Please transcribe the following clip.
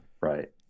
right